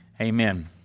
Amen